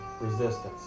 resistance